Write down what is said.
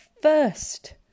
first